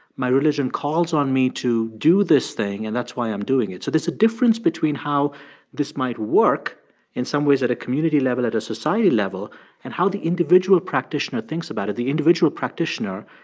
my religion calls on me to do this thing, and that's why i'm doing it. so there's a difference between how this might work in some ways at a community level, at a society level and how the individual practitioner thinks about it. the individual practitioner,